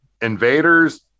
Invaders